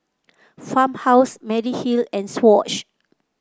Farmhouse Mediheal and Swatch